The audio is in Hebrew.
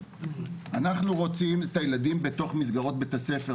אנחנו רוצים את הילדים בתוך מסגרות בית-הספר,